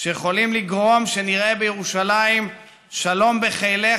שיכולים לגרום שנראה בירושלים "שלום בחילך,